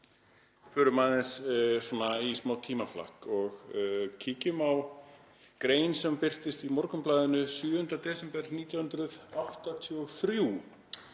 Förum aðeins í smá tímaflakk og kíkjum á grein sem birtist í Morgunblaðinu 7. desember 1983